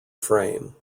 frame